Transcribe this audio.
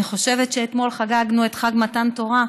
אני חושבת שאתמול חגגנו את חג מתן תורה,